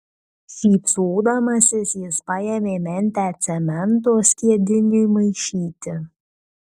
šypsodamasis jis paėmė mentę cemento skiediniui maišyti